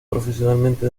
profesionalmente